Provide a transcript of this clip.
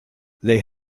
they